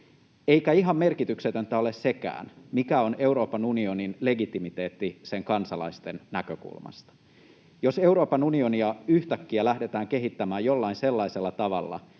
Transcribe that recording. Eikä ihan merkityksetöntä ole sekään, mikä on Euroopan unionin legitimiteetti sen kansalaisten näkökulmasta. Jos Euroopan unionia yhtäkkiä lähdetään kehittämään jollain sellaisella tavalla,